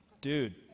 Dude